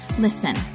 listen